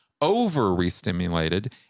over-restimulated